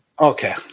okay